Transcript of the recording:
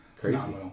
crazy